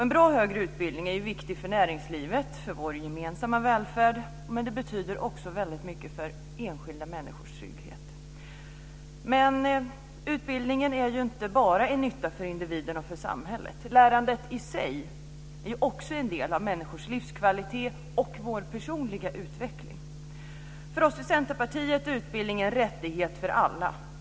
En bra högre utbildning är viktig för näringslivet, för vår gemensamma välfärd, men den betyder också väldigt mycket för enskilda människors trygghet. Utbildningen är inte bara en nytta för individen och för samhället. Lärandet i sig är också en del av människors livskvalitet och vår personliga utveckling. För oss i Centerpartiet är utbildningen en rättighet för alla.